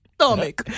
Stomach